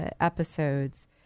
episodes